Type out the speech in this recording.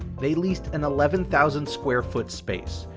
they leased an eleven thousand square foot space,